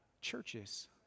churches